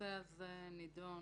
הנושא הזה נדון